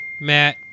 Matt